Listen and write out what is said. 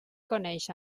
coneix